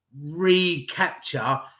recapture